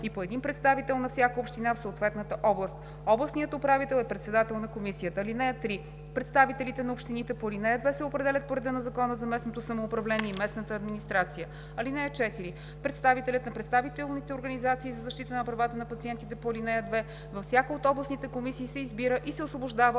и по един представител на всяка община в съответната област. Областният управител е председател на Комисията. (3) Представителите на общините по ал. 2 се определят по реда на Закона за местното самоуправление и местната администрация. (4) Представителят на представителните организации за защита на правата на пациентите по ал. 2 във всяка от областните комисии се избира и се освобождава